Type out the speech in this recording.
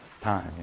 time